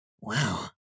Wow